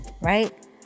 right